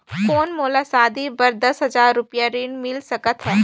कौन मोला शादी बर दस हजार रुपिया ऋण मिल सकत है?